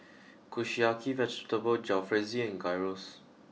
Kushiyaki Vegetable Jalfrezi and Gyros